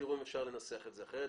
תראו אפשר לנסח את זה אחרת.